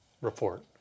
report